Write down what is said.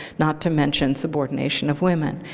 not to mention subordination of women.